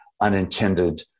unintended